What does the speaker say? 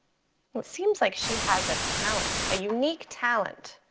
it seems like she has a talent, a unique talent